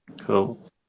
Cool